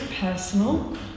personal